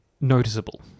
noticeable